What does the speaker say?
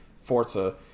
Forza